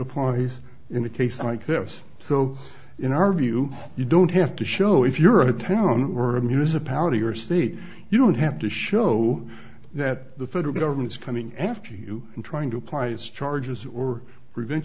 applies in a case like this so in our view you don't have to show if you're a town or a municipality or state you don't have to show that the federal government is coming after you trying to apply its charges or prevent